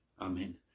Amen